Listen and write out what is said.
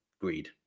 greed